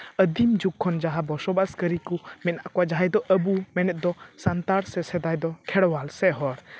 ᱟᱹᱫᱤᱢ ᱡᱩᱜᱽ ᱠᱷᱚᱱ ᱡᱟᱦᱟᱸ ᱵᱚᱥᱚᱵᱟᱥ ᱠᱟᱹᱨᱤ ᱠᱚ ᱢᱮᱱᱟᱜ ᱠᱚᱣᱟ ᱡᱟᱦᱟᱸᱭ ᱫᱚ ᱟᱵᱚ ᱢᱮᱱᱮᱫ ᱫᱚ ᱥᱟᱱᱛᱟᱲ ᱥᱮ ᱥᱮᱫᱟᱭ ᱫᱚ ᱠᱷᱮᱨᱚᱣᱟᱞ ᱥᱮ ᱦᱚᱲ